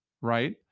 right